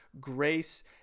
grace